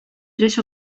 tres